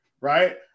right